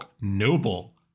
noble